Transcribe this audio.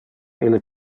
ille